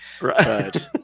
right